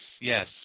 yes